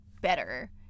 better